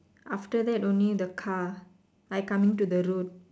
after that only the car like coming to the road